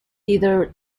either